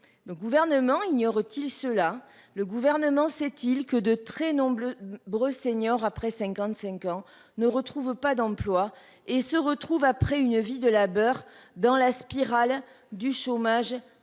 le gouvernement ignore-t-il cela. Le gouvernement s'est-il que de très nombreux Bruce senior après 55 ans ne retrouve pas d'emploi et se retrouve après une vie de labeur dans la spirale du chômage des fins